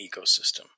ecosystem